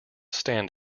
stand